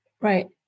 Right